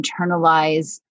internalize